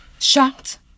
Shocked